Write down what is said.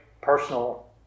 personal